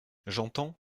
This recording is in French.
j’entends